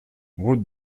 route